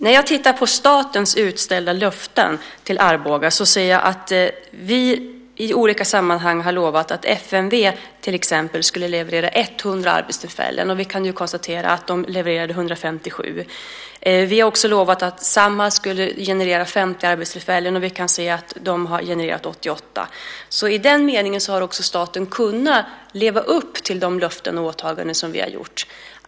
När jag tittar på statens utställda löften till Arboga ser jag att vi i olika sammanhang har lovat att FMV till exempel skulle leverera 100 arbetstillfällen, och vi kan konstatera att de levererade 157. Vi har också lovat att Samhall skulle generera 50 arbetstillfällen, och vi kan se att de har genererat 88. I den meningen har staten kunnat leva upp till de löften och åtaganden som vi har gjort.